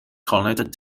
connected